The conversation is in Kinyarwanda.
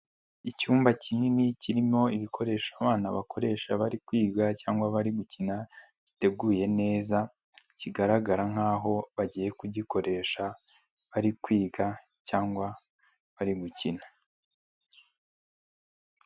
Icyumba kinini kirimo ibikoresho abana bakoresha bari kwiga cyangwa bari gukina, giteguye neza kigaragara nkaho bagiye kugikoresha, bari kwiga cyangwa bari gukina.